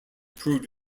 proved